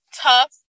tough